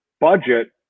budget